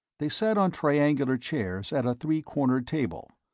they sat on triangular chairs at a three-cornered table.